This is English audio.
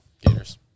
Gators